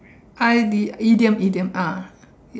I did item item ah